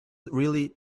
really